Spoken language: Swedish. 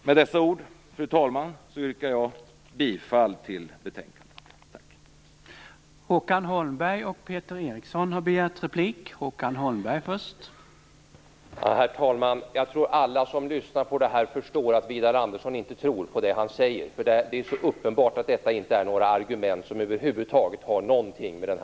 Med dessa ord, herr talman, yrkar jag bifall till hemställan i betänkandet.